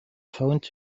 found